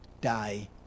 die